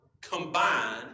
combine